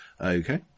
Okay